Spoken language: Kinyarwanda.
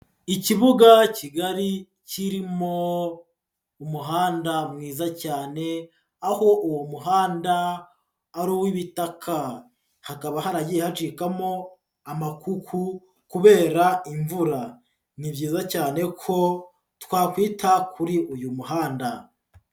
Ikibuga kigari kirimo umuhanda mwiza cyane, aho uwo muhanda ari uw'ibitaka. Hakaba haragiye hacikamo amakuku kubera imvura. Ni byiza cyane ko twakwita kuri uyu muhanda.